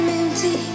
empty